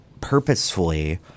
purposefully